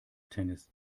tennis